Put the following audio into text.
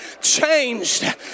changed